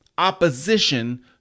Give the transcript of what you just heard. Opposition